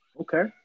okay